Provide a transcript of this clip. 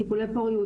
טיפולי פוריות,